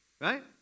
right